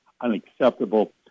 unacceptable